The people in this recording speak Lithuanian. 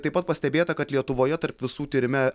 taip pat pastebėta kad lietuvoje tarp visų tyrime